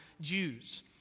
Jews